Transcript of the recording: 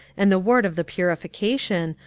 and the ward of the purification,